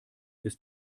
ist